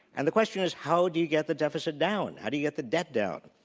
and the question is how do you get the deficit down? how do you get the debt down?